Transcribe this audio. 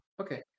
okay